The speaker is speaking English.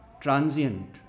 transient